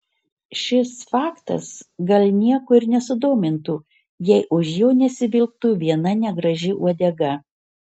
šis faktas gal nieko ir nesudomintų jei už jo nesivilktų viena negraži uodega